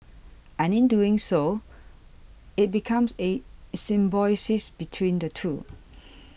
and in doing so it becomes a symbiosis between the two